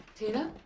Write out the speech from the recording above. peter?